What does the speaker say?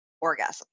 orgasm